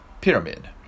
pyramid